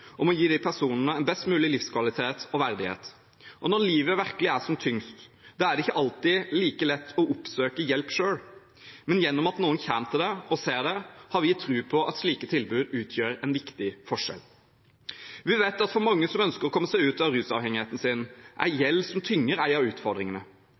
om å gi de personene en best mulig livskvalitet og verdighet. Når livet virkelig er som tyngst, er det ikke alltid like lett å oppsøke hjelp selv. Gjennom at noen kommer til en og ser en, har vi tro på at slike tilbud utgjør en viktig forskjell. Vi vet at for mange som ønsker å komme seg ut av rusavhengigheten sin, er